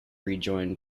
rejoined